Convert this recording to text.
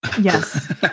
Yes